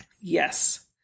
Yes